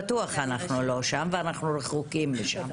אנחנו בטוח לא שם ואנחנו רחוקים משם.